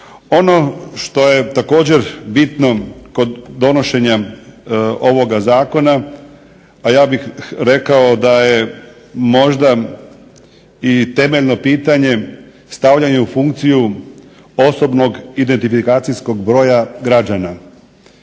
Ono što je također bitno kod donošenja ovoga Zakona a ja bih rekao da je možda i temeljno pitanje stavljanje u funkciju osobnog identifikacijskog broja građana.